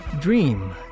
Dream